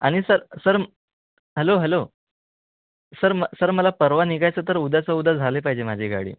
आणि sir sir hello hello sir म sir मला परवा निघायचं तर उद्याचं उद्या झाले पाहिजे माझी गाडी